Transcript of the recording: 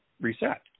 reset